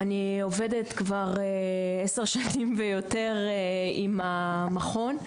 אני עובדת כבר עשר שנים ויותר עם המכון,